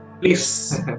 Please